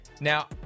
Now